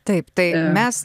taip tai mes